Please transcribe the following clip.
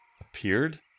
appeared